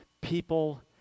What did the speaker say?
people